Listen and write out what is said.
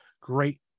great